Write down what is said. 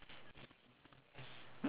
when did you go to market